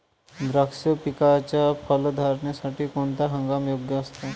द्राक्ष पिकाच्या फलधारणेसाठी कोणता हंगाम योग्य असतो?